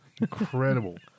Incredible